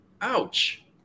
Ouch